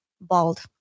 Bald